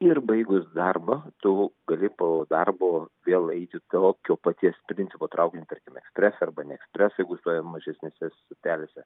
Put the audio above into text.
ir baigus darbą tu gali po darbo vėl eiti tokio paties principo traukinį tarkim ekspresą arba ne ekspresą jeigu stojam mažesnėse stotelėse